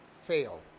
fail